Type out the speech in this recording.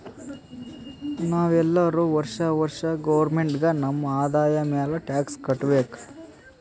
ನಾವ್ ಎಲ್ಲೋರು ವರ್ಷಾ ವರ್ಷಾ ಗೌರ್ಮೆಂಟ್ಗ ನಮ್ ಆದಾಯ ಮ್ಯಾಲ ಟ್ಯಾಕ್ಸ್ ಕಟ್ಟಬೇಕ್